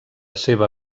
seva